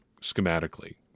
schematically